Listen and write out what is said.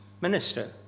minister